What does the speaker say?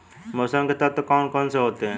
मौसम के तत्व कौन कौन से होते हैं?